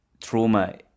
trauma